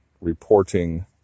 reporting